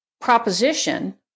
proposition